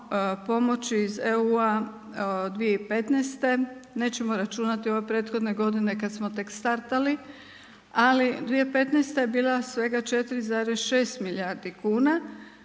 pomoći iz EU 2015. nećemo računati ove prethodne godine kad smo tek startali, ali 2015. je bila svega 4,6 milijardi kuna